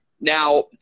Now